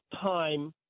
time